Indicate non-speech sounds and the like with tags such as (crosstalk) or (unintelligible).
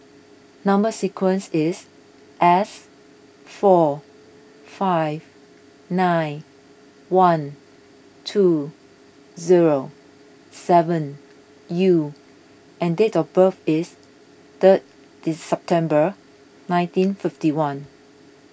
Number Sequence is S four five nine one two zero seven U and date of birth is third (unintelligible) September nineteen fifty one